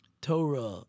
Torah